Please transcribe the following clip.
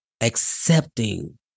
accepting